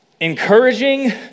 encouraging